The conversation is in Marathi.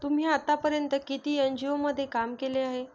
तुम्ही आतापर्यंत किती एन.जी.ओ मध्ये काम केले आहे?